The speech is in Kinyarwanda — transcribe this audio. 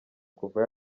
kuva